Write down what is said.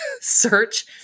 search